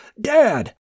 Dad